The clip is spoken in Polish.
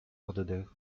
oddech